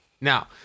Now